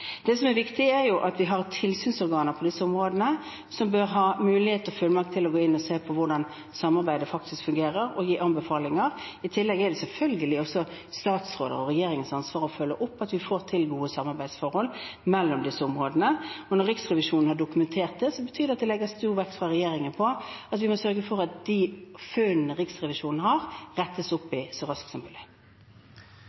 Det som er viktig, er at vi har tilsynsorganer på disse områdene som bør ha mulighet og fullmakt til å gå inn og se på hvordan samarbeidet faktisk fungerer, og gi anbefalinger. I tillegg er det selvfølgelig statsråders og regjeringens ansvar å følge opp at vi får til gode samarbeidsforhold mellom disse områdene. Når Riksrevisjonen har dokumentert dette, betyr det at regjeringen legger stor vekt på at vi må sørge for at Riksrevisjonens funn rettes opp